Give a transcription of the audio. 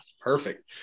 perfect